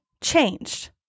changed